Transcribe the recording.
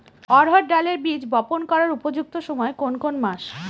অড়হড় ডালের বীজ বপন করার উপযুক্ত সময় কোন কোন মাস?